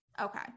Okay